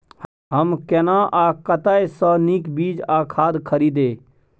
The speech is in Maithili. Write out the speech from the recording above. हम केना आ कतय स नीक बीज आ खाद खरीदे?